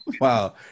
Wow